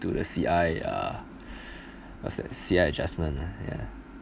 to the C_R_A_R what's that C_R adjustment ah ya